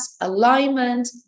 alignment